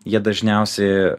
jie dažniausi